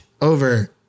over